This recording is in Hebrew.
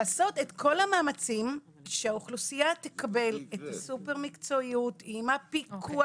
לעשות את כל המאמצים שהאוכלוסייה תקבל את הסופר מקצועיות עם הפיקוח